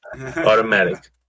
Automatic